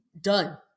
Done